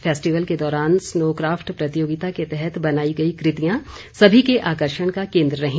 festival के दौरान snow craft प्रतियोगिता के तहत बनाई गई कृतियां सभी के आकर्षण का केन्द्र रही